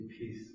peace